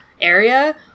area